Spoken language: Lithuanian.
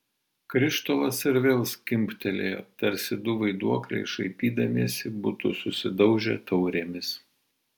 krištolas ir vėl skimbtelėjo tarsi du vaiduokliai šaipydamiesi būtų susidaužę taurėmis